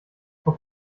vor